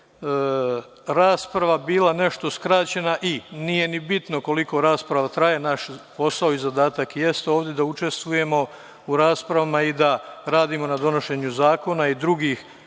rasprava bila nešto skraćena. Nije ni bitno koliko rasprava traje, naš posao i zadatak jeste da ovde učestvujemo u raspravama i da radimo na donošenju zakona i drugih